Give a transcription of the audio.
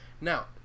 Now